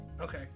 Okay